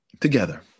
together